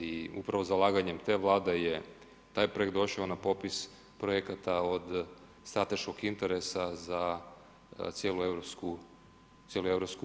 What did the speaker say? I upravo zalaganjem te vlade je taj projekt došao na popis projekata od strateškog interesa za cijelu EU.